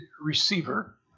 receiver